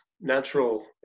natural